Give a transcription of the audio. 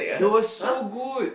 it was so good